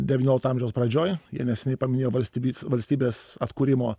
devyniolikto amžiaus pradžioj jie neseniai paminėjo valstybyts valstybės atkūrimo